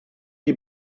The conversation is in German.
die